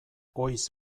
oiz